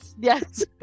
Yes